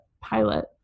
pilot